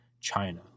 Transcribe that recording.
China